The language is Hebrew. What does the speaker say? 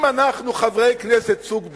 אם אנחנו חברי כנסת סוג ב',